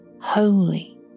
holy